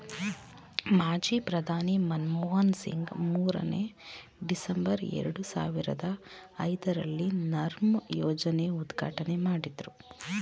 ಮಾಜಿ ಪ್ರಧಾನಿ ಮನಮೋಹನ್ ಸಿಂಗ್ ಮೂರನೇ, ಡಿಸೆಂಬರ್, ಎರಡು ಸಾವಿರದ ಐದರಲ್ಲಿ ನರ್ಮ್ ಯೋಜನೆ ಉದ್ಘಾಟನೆ ಮಾಡಿದ್ರು